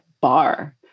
bar